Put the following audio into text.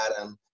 Adam